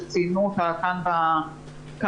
שציינו אותה כאן בשיחה.